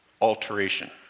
alteration